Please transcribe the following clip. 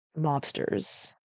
mobsters